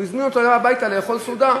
הוא הזמין אותו אליו הביתה לאכול סעודה,